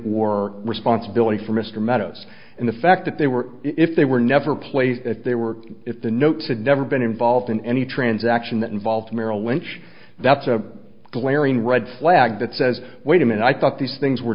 war responsibility for mr meadows and the fact that they were if they were never placed if they were if the notes had never been involved in any transaction that involved merrill lynch that's a glaring red flag that says wait a minute i thought these things were